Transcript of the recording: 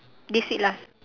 this week last